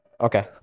Okay